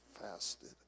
fasted